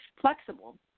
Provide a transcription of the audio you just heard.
flexible